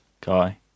guy